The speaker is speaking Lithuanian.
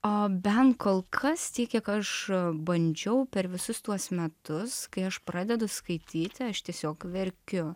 o bent kol kas tiek kiek aš bandžiau per visus tuos metus kai aš pradedu skaityti aš tiesiog verkiu